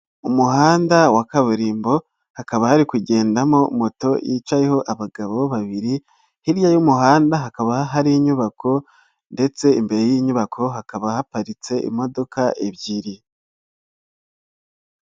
Umuhanda wa kaburimbo hakaba hari kugendamo moto yicayeho abagabo babiri, hiryaya y'umuhanda hakaba hari inyubako ndetse imbere y'inyubako hakaba haparitse imodoka ebyiri.